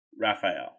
Raphael